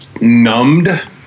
numbed